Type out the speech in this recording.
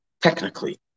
technically